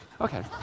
Okay